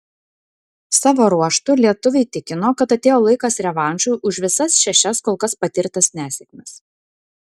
savo ruožtu lietuviai tikino kad atėjo laikas revanšui už visas šešias kol kas patirtas nesėkmes